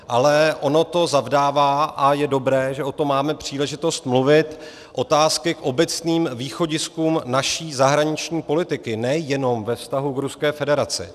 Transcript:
Ale ono to zavdává, a je dobré, že o tom máme příležitost mluvit, otázky k obecným východiskům naší zahraniční politiky nejenom ve vztahu k Ruské federaci.